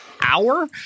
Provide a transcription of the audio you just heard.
hour